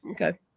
Okay